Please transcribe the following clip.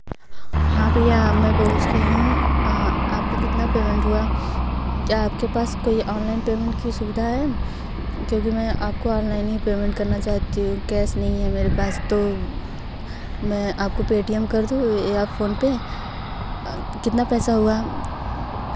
हाँ भैया मैं पहुँच गई हूँ आपका कितना पेमेंट हुआ क्या आपके पास कोई ऑनलाइन पेमेंट की सुविधा है क्योंकि मैं आपको ऑनलाइन ही पेमेंट करना चाहती हूँ कैस नहीं है मेरे पास तो मैं आपको पेटीएम कर दूँ या फोन पे कितना पैसा हुआ